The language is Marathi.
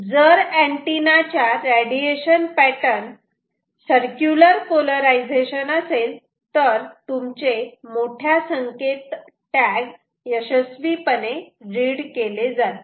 जर अँटिना चा रेडिएशन पॅटर्न सर्क्युलर पोलारिझेशन असेल तर तुमचे मोठ्या संख्येत टॅग यशस्वीपणे रीड केले जातील